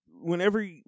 whenever –